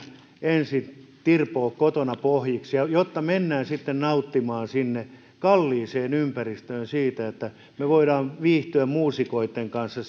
ensin tirpoa kotona pohjiksi jotta mennään sitten nauttimaan sinne kalliiseen ympäristöön siitä että me voimme viihtyä siellä muusikoitten kanssa